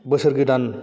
बोसोर गोदान